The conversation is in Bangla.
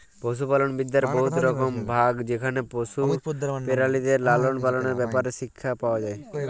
পশুপালল বিদ্যার বহুত রকম ভাগ যেখালে পশু পেরালিদের লালল পাললের ব্যাপারে শিখ্খা পাউয়া যায়